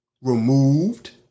Removed